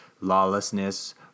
lawlessness